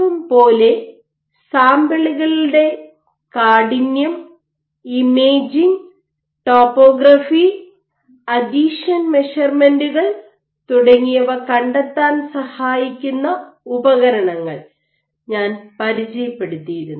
M പോലെ സാമ്പിളുകളുടെ കാഠിന്യം ഇമേജിംഗ് ടോപ്പോഗ്രാഫി അഥീഷൻ മെഷർമെന്റുകൾ തുടങ്ങിയവ കണ്ടെത്താൻ സഹായിക്കുന്ന ഉപകരണങ്ങൾ ഞാൻ പരിചയപ്പെടുത്തിയിരുന്നു